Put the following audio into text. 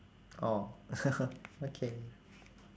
orh okay